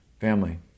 family